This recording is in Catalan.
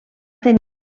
tenir